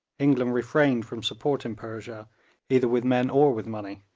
england refrained from supporting persia either with men or with money,